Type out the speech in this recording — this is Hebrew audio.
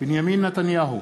בנימין נתניהו,